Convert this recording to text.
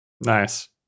Nice